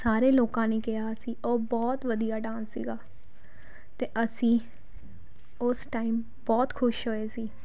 ਸਾਰੇ ਲੋਕਾਂ ਨੇ ਕਿਹਾ ਸੀ ਉਹ ਬਹੁਤ ਵਧੀਆ ਡਾਂਸ ਸੀਗਾ ਅਤੇ ਅਸੀਂ ਉਸ ਟਾਈਮ ਬਹੁਤ ਖੁਸ਼ ਹੋਏ ਸੀ